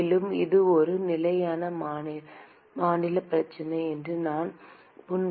மேலும் இது ஒரு நிலையான மாநில பிரச்சனை என்று நான் முன்வைக்கிறேன்